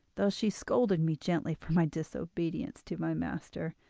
though she scolded me gently for my disobedience to my master,